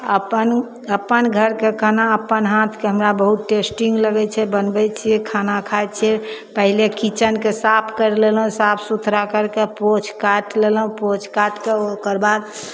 अपन अपन घरके खाना अपन हाथके हमरा बहुत टेस्टी लगय छै बनबय छियै खाना खाय छियै पहिले कीचनके साफ कर लेलहुँ साफ सुथरा करिके पोछि काटि लेलहुँ पोछि काटिके ओकर बाद